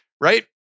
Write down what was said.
Right